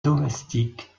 domestique